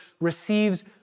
receives